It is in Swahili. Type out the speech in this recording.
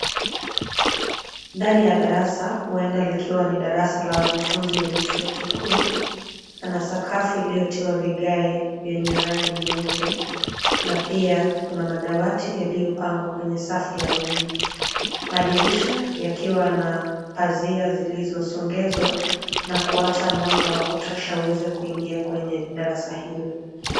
Ndani ya darasa huenda likiwa ni darasa la wanafunzi wenye chuo kikuu, pana sakafu iliyotiwa vigae vyenye rangi nyeupe na pia kuna madawati yaliyopangwa kwenye safu laini. Madirisha yakiwa na pazia zilizosongezwa na kuacha mwanga wa kutosha huweze kuingia kwenye darasa hili.